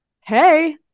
hey